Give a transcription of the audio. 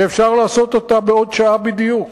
ואפשר להשתמש בו בעוד שעה בדיוק.